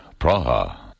Praha